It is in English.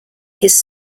his